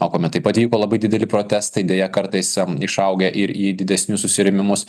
na kuomet taip pat vyko labai dideli protestai deja kartais išaugę ir į didesnius susirėmimus